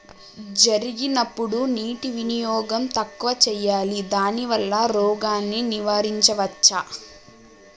జరిగినప్పుడు నీటి వినియోగం తక్కువ చేయాలి దానివల్ల రోగాన్ని నివారించవచ్చా?